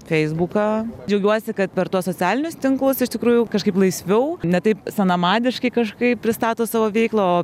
feisbuką džiaugiuosi kad per tuos socialinius tinklus iš tikrųjų kažkaip laisviau ne taip senamadiškai kažkaip pristato savo veiklą o